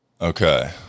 Okay